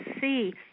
see